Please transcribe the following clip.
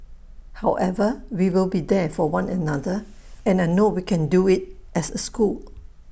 however we will be there for one another and I know we can do IT as A school